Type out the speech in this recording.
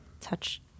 touch